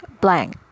blank